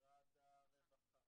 משרד הרווחה,